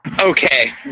Okay